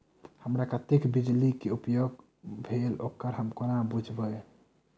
हमरा कत्तेक बिजली कऽ उपयोग भेल ओकर हम कोना बुझबै?